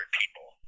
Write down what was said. people